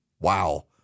Wow